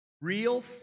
real